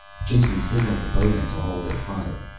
jason signaled the bowmen to hold their fire.